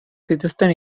zituzten